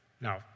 Now